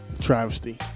Travesty